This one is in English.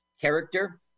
character